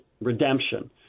redemption